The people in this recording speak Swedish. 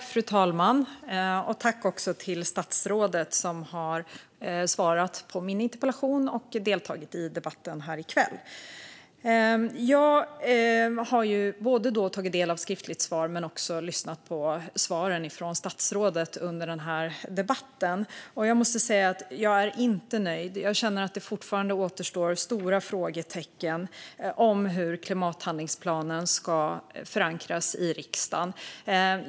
Fru talman! Jag tackar statsrådet för att hon svarat på min interpellation och deltagit i kvällens debatt. Jag har tagit del av statsrådets svar under debatten, och jag är inte nöjd. Det återstår stora frågetecken om hur klimathandlingsplanen ska förankras i riksdagen.